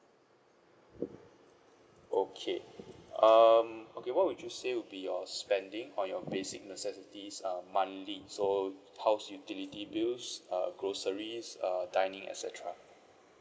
okay um okay what would you say would be your spending on your basic necessities um monthly so house utility bills uh groceries uh dining et cetera